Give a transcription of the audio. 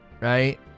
right